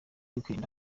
akirinda